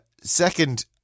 Second